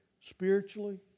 spiritually